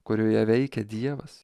kurioje veikia dievas